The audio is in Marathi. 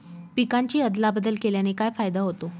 पिकांची अदला बदल केल्याने काय फायदा होतो?